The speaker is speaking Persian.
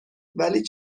ولی